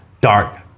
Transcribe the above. dark